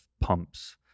pumps